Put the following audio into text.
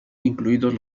incluidos